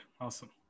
awesome